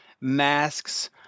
masks